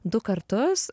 du kartus